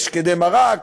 שקדי מרק,